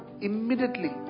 immediately